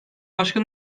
başka